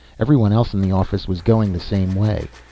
everyone else in the office was going the same way.